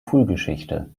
frühgeschichte